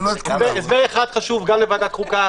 הסבר אחד חשוב לוועדת חוקה